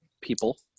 people